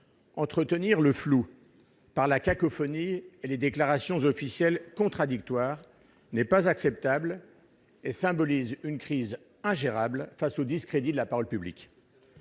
Entretenir le flou par la cacophonie et les déclarations officielles contradictoires n'est pas acceptable et symbolise une crise ingérable face au discrédit de la parole publique.